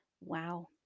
wow